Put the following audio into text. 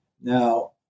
Now